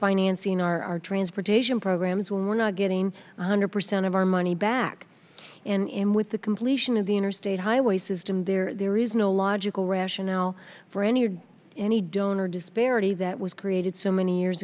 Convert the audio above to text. financing our transportation programs when we're not getting one hundred percent of our money back in with the completion of the interstate highway system there there is no logical rationale for any or any donor disparity that was created so many years